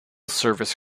service